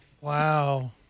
Wow